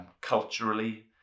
culturally